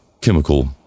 chemical